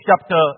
chapter